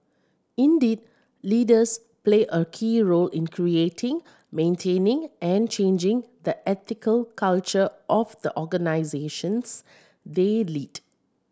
indeed leaders play a key role in creating maintaining and changing the ethical culture of the organisations they lead